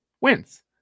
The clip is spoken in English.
wins